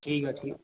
ਠੀਕ ਹੈ ਠੀਕ